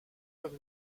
comme